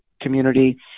community